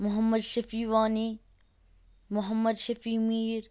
Mohammad Shafi Wani Mohammad Shafi Mir